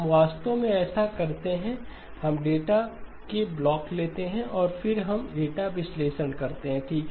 हम वास्तव में ऐसा करते हैं हम डेटा के ब्लॉक लेते हैं और फिर हम डेटा विश्लेषण करते हैं ठीक